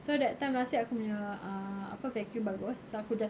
so that time nasib aku punya ah apa vacuum bagus so aku just